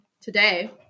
today